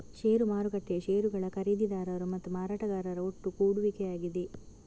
ಷೇರು ಮಾರುಕಟ್ಟೆಯು ಷೇರುಗಳ ಖರೀದಿದಾರರು ಮತ್ತು ಮಾರಾಟಗಾರರ ಒಟ್ಟುಗೂಡುವಿಕೆಯಾಗಿದೆ